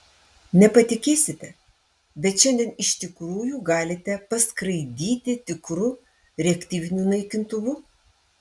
nepatikėsite bet šiandien iš tikrųjų galite paskraidyti tikru reaktyviniu naikintuvu